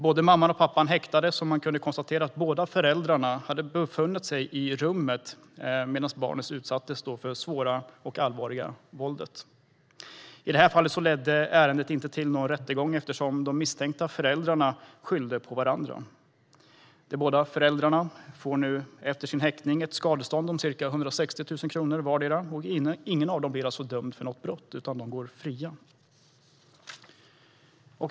Både mamman och pappan häktades, och man kunde konstatera att båda föräldrarna hade befunnit sig i rummet medan barnet utsattes för det svåra och allvarliga våldet. I det här fallet ledde ärendet inte till någon rättegång eftersom de misstänkta föräldrarna skyllde på varandra. De båda föräldrarna får nu efter sin häktning ett skadestånd om ca 160 000 kronor vardera. Ingen av dem blir alltså dömd för något brott, utan de går fria.